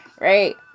right